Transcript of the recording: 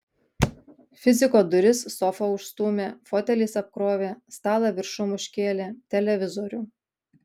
fiziko duris sofa užstūmė foteliais apkrovė stalą viršum užkėlė televizorių